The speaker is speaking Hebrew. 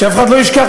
שאף אחד לא ישכח,